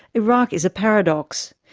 iraq is a paradox.